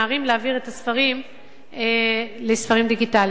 להעביר את הספרים לספרים דיגיטליים.